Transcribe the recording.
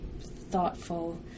thoughtful